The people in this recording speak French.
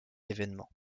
événement